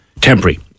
temporary